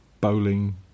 bowling